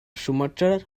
schumacher